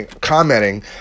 commenting